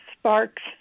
sparks